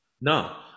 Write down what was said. no